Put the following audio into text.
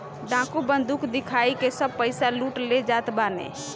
डाकू बंदूक दिखाई के सब पईसा लूट ले जात बाने